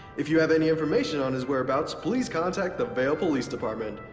if you have any information on his whereabouts, please contact the vale police department.